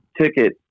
ticket